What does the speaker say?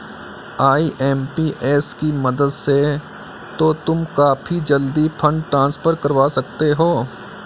IMPS की मदद से तो तुम काफी जल्दी फंड ट्रांसफर करवा सकते हो